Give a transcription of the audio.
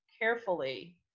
carefully